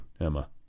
Emma